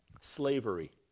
Slavery